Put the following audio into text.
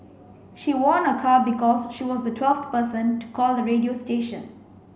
she won a car because she was the twelfth person to call the radio station